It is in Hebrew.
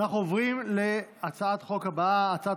אנחנו עוברים להצעת החוק הבאה: הצעת